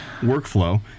workflow